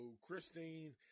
Christine